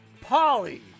Polly